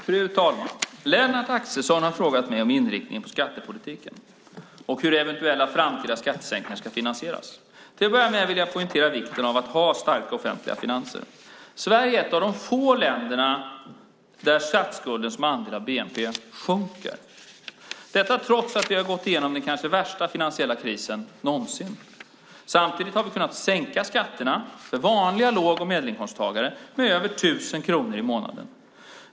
Fru talman! Lennart Axelsson har frågat mig om inriktningen på skattepolitiken och hur eventuella framtida skattesänkningar ska finansieras. Till att börja med vill jag poängtera vikten av att ha starka offentliga finanser. Sverige är ett av få länder där statskuldens andel av bnp sjunker - detta trots att vi har gått igenom den kanske värsta finansiella krisen någonsin. Samtidigt har vi kunnat sänka skatterna för vanliga låg och medelinkomsttagare med över tusen kronor i månaden.